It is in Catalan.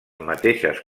mateixes